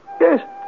Yes